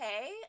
okay